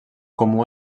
comú